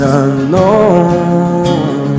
unknown